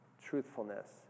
Truthfulness